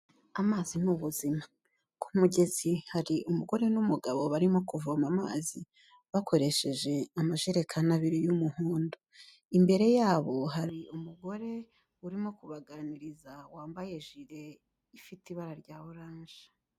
Amazi ni ubuzima. Ku mugezi hari umugore n'umugabo barimo kuvoma amazi bakoresheje amajerekani abiri y'umuhondo, imbere yabo hari umugore urimo kubaganiriza wambaye jire ifite ibara rya oranje.